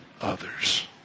others